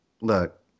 look